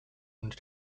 und